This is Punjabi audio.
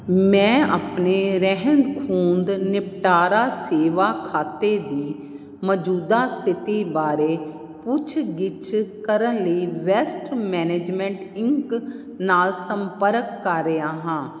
ਮੈਂ ਆਪਣੇ ਰਹਿੰਦ ਖੂੰਹਦ ਨਿਪਟਾਰਾ ਸੇਵਾ ਖਾਤੇ ਦੀ ਮੌਜੂਦਾ ਸਥਿਤੀ ਬਾਰੇ ਪੁੱਛਗਿੱਛ ਕਰਨ ਲਈ ਵੈਸਟ ਮੈਨੇਜਮੈਂਟ ਇੰਕ ਨਾਲ ਸੰਪਰਕ ਕਰ ਰਿਹਾ ਹਾਂ